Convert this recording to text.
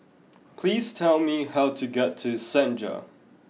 please tell me how to get to Senja